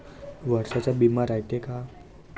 वर्षाचा बिमा रायते का?